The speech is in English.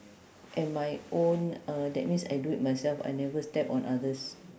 at my own uh that means I do it myself I never step on others